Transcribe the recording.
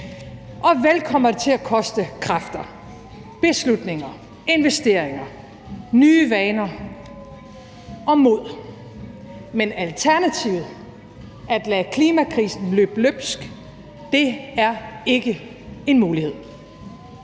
Og vel kommer det til at koste kræfter, beslutninger, investeringer, nye vaner – og mod. Men alternativet – at lade klimakrisen løbe løbsk – er ikke en mulighed.